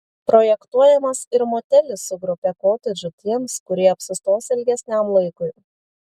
projektuojamas ir motelis su grupe kotedžų tiems kurie apsistos ilgesniam laikui